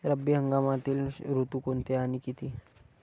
रब्बी हंगामातील ऋतू कोणते आणि किती?